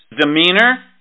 demeanor